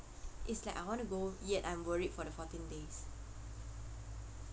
it's like I want to go yet I'm worried for the fourteen days